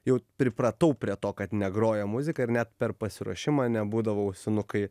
jau pripratau prie to kad negroja muzika ir net per pasiruošimą nebūdavo ausinukai